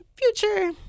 Future